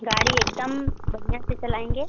गाड़ी एकदम बढ़िया से चलाएंगे